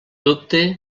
dubte